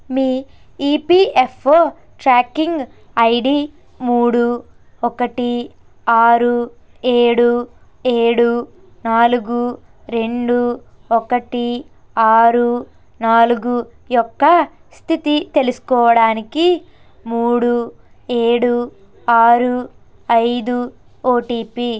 మీ EPFO tracking ID మూడు ఒకటి ఆరు ఏడు ఏడు నాలుగు రెండు ఒకటి ఆరు నాలుగు యొక్క స్థితి తెలుసుకోవడానికి మూడు ఏడు ఆరు ఐదు ఓటీపీ